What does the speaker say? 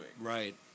Right